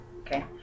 okay